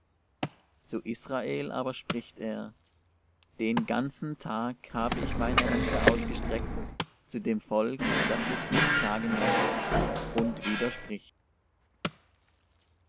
zu israel aber spricht er den ganzen tag habe ich meine hände ausgestreckt zu dem volk das sich nicht sagen läßt und widerspricht